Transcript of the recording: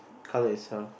colour itself